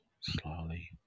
slowly